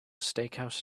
steakhouse